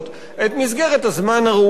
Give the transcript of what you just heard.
את מסגרת הזמן הראויה,